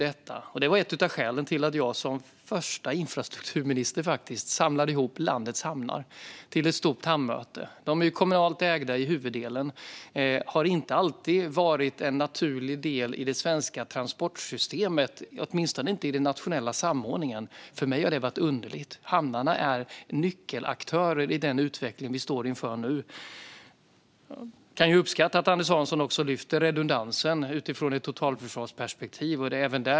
Det var ett av skälen till att jag, som första infrastrukturminister faktiskt, samlade ihop landets hamnar till ett stort hamnmöte. De är kommunalt ägda i huvuddelen och har inte alltid varit en naturlig del i det svenska transportsystemet, åtminstone inte i den nationella samordningen. För mig har det varit underligt. Hamnarna är ju en nyckelaktör i den utveckling vi står inför nu. Jag kan uppskatta att Anders Hansson också lyfter redundansen utifrån ett totalförsvarsperspektiv.